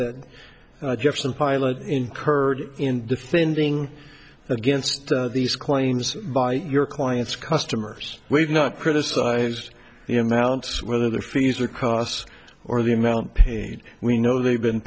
jepson pilot incurred in defending against these claims by your clients customers we've not criticized the amount whether the fees or costs or the amount paid we know they've been